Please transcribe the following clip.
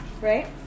Right